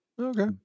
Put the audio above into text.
Okay